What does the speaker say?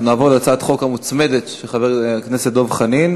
אנחנו נעבור להצעת החוק המוצמדת של חבר הכנסת דב חנין,